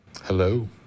Hello